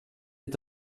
est